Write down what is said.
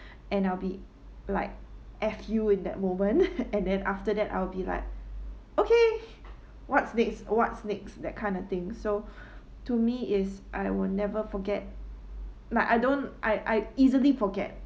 and I'll be like F you in that moment and then after that I'll be like okay what's next what's next that kind of thing so to me is I will never forget like I don't I I easily forget